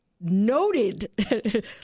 noted